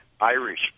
Irish